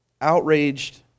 Outraged